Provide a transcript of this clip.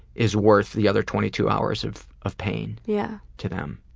is worth the other twenty two hours of of pain yeah to them.